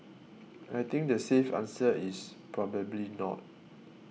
I think the safe answer is probably not